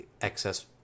excess